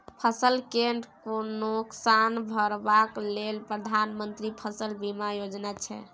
फसल केँ नोकसान भरबा लेल प्रधानमंत्री फसल बीमा योजना छै